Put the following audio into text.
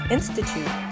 Institute